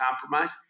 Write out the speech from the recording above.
compromise